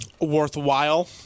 worthwhile